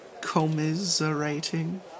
commiserating